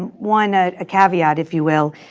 and one ah caveat if you will.